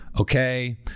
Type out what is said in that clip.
okay